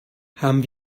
haben